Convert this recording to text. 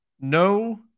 no